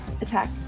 attack